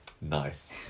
Nice